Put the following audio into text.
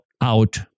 out